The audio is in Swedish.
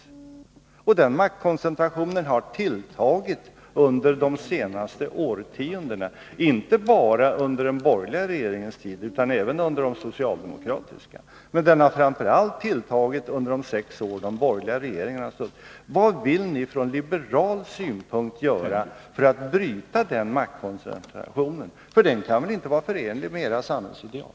Och den maktkoncentrationen har tilltagit under de senaste årtiondena, inte bara under den borgerliga regeringens tid utan även under socialdemokratisk regeringstid. Men den har framför allt tilltagit under de sex år då de borgerliga regeringarna har suttit. Vad vill ni från liberal synpunkt göra för att bryta den maktkoncentrationen? Den kan väl inte vara förenlig med era samhällsideal?